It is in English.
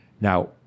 Now